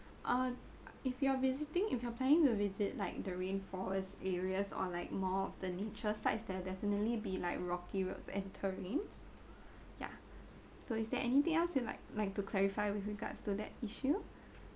uh if you are visiting if you're planning to visit like the rain forest areas or like more of the nature sites there definitely be like rocky roads and terrain ya so is there anything else you'd like like to clarify with regards to that issue